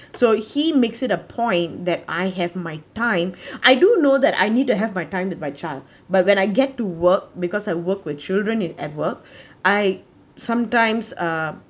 so he makes it a point that I have my time I do know that I need to have my time that by child but when I get to work because I work with children it at work I sometimes uh